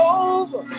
over